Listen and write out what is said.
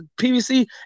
PVC